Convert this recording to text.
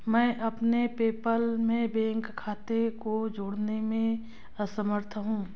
मैं अपने पेपैल में बैंक खाते को जोड़ने में असमर्थ हूँ